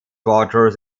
waters